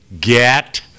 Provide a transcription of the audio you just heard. get